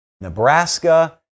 Nebraska